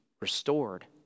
restored